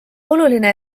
oluline